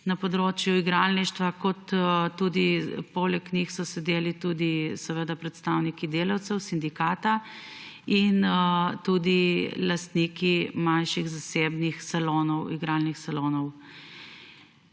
na področju igralništva, poleg njih so sedeli tudi predstavniki delavcev, sindikata in lastniki manjših zasebnih igralnih salonov.